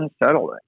unsettling